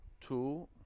two